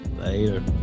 Later